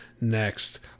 next